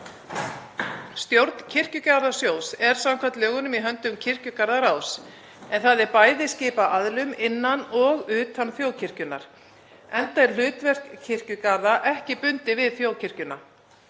Stjórn Kirkjugarðasjóðs er samkvæmt lögunum í höndum kirkjugarðaráðs en það er bæði skipað aðilum innan og utan þjóðkirkjunnar enda er hlutverk kirkjugarða ekki bundið við þjóðkirkjuna.